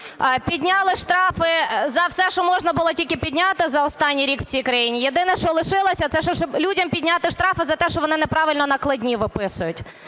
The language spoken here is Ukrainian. Підняли штрафи за все, що можна було тільки підняти, за останній рік в цій країні. Єдине, що лишилося це людям підняти штрафи за те, що вони не правильно накладні виписують.